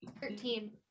Thirteen